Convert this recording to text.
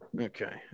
okay